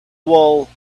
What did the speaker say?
will